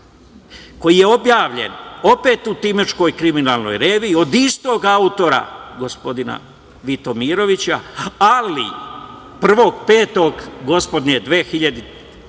koji je objavljen, opet u „Timočkoj kriminalnoj reviji“ od istog autora, gospodina Vitomirovića, ali 1.5. gospodnje 2001.